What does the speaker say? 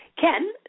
Ken